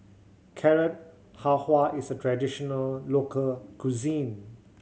Carrot Halwa is a traditional local cuisine